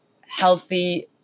healthy